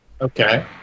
Okay